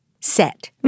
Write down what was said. set